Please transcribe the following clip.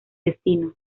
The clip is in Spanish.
destino